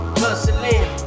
hustling